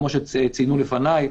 כמו שציינו לפניי.